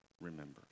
remember